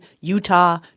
Utah